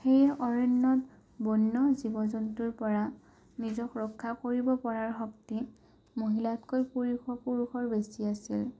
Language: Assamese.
সেয়ে অৰণ্যত বন্য জীৱ জন্তুৰ পৰা নিজক ৰক্ষা কৰিব পৰা শক্তি মহিলাতকৈ পুৰুষৰ বেছি আছিল